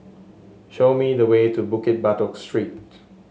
show me the way to Bukit Batok Street